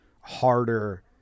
harder